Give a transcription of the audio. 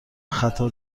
خطا